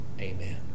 Amen